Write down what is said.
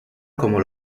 como